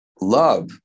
love